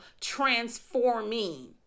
transforming